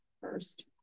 first